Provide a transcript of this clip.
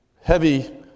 heavy